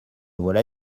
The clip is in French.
voilà